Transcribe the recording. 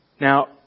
Now